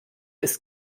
ist